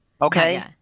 Okay